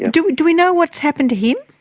do we do we know what's happened to him?